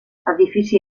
edifici